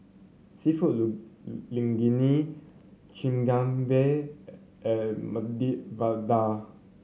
Seafood Linguine Chigenabe and Medu Vada